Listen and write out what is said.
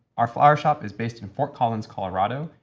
our flower shop is based in fort collins, colorado.